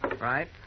Right